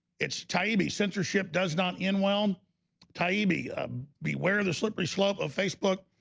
its taibbi censorship does not end. well taibbi beware of the slippery slope of facebook